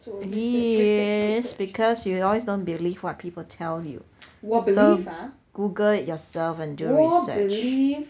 is because you always don't believe what people tell you so Google it yourself and do research